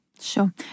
Sure